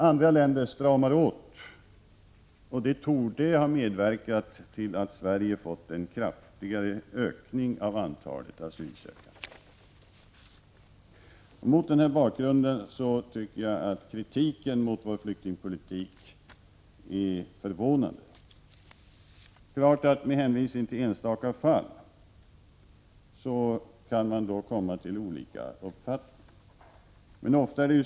Andra länder stramar åt, och det torde ha medverkat till att Sverige fått en kraftigare ökning av antalet asylsökande. Mot denna bakgrund tycker jag att kritiken mot vår flyktingpolitik är förvånande. Man kan naturligtvis med hänvisning till enstaka fall komma till olika uppfattningar.